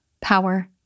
power